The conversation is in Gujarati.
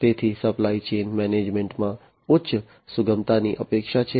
તેથી સપ્લાય ચેઇન મેનેજમેન્ટમાં ઉચ્ચ સુગમતાની અપેક્ષા છે